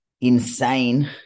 insane